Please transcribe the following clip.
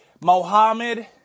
Mohammed